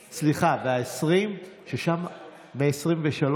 סליחה, העשרים, והעשרים-ושלוש.